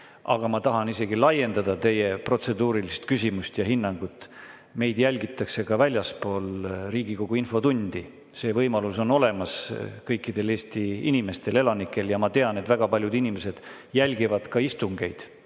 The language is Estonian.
Aga ma tahan isegi laiendada teie protseduurilist küsimust ja hinnangut. Meid jälgitakse ka väljaspool Riigikogu infotundi, see võimalus on olemas kõikidel Eesti inimestel, elanikel, ja ma tean, et väga paljud inimesed jälgivad istungeid,